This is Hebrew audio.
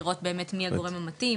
לראות מי באמת הגורם המתאים,